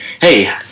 hey